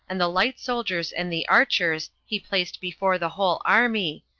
and the light soldiers and the archers he placed before the whole army,